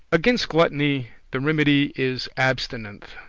against gluttony the remedy is abstinence,